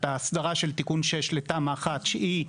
יש את ההסדרה של תיקון 6 לתמ"א 1. היא,